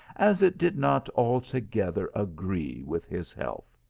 as it did not altogether agree with his health.